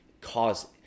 cause –